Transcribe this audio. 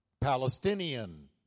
Palestinian